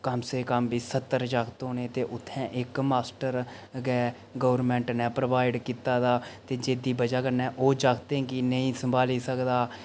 कम से कम बी सत्तर जागत होने ते उत्थें इक मास्टर गै गौरमेंट नै प्रोवाईड कीते दा ते जेह्दी बजह कन्नै ओह् जागतें गी नेईं संभाली सकदा